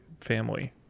family